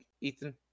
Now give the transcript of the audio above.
Ethan